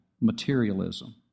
materialism